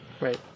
right